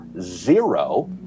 zero